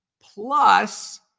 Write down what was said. plus